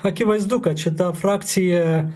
akivaizdu kad šita frakcija